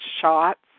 shots